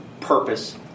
purpose